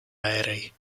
aerei